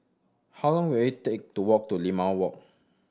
how long will it take to walk to Limau Walk